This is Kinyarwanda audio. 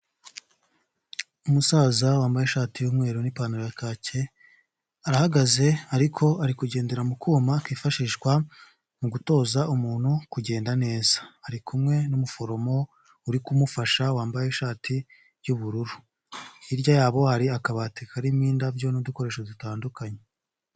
Umusaza wambaye ishati y'umweru n'ipantaro ya kacye, arahagaze ariko ari kugendera mu kuma kifashishwa mu gutoza umuntu kugenda neza. Ari kumwe n'umuforomo, uri kumufasha wambaye ishati y'ubururu. Hirya yabo hari akabati karimo indabyo n'udukoresho dutandukanye.